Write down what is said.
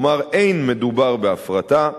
כלומר, אין מדובר בהפרטה.